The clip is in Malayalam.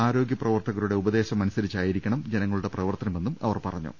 ആരോഗ്യപ്രവർത്തക രുടെ ഉപദേശം അനുസരിച്ചായിരിക്കണം ജനങ്ങളുടെ പ്രവർത്തനമെന്നും അവർ പറഞ്ഞു